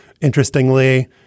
interestingly